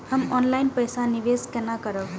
हम ऑनलाइन पैसा निवेश केना करब?